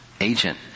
agent